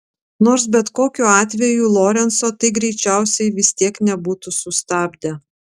nors bet kokiu atveju lorenco tai greičiausiai vis tiek nebūtų sustabdę